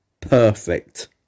perfect